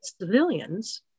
civilians